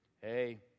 hey